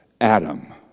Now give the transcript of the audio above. Adam